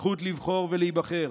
הזכות לבחור ולהיבחר,